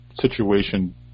situation